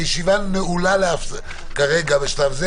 הישיבה נעולה בשלב זה.